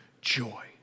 joy